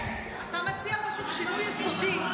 אתה מציע פשוט שינוי יסודי,